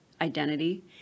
identity